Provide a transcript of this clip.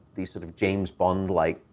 these sort of james-bond-like,